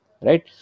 right